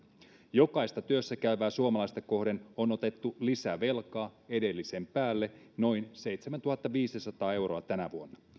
jokaista työssäkäyvää suomalaista kohden on otettu tänä vuonna lisävelkaa edellisen päälle noin seitsemäntuhattaviisisataa euroa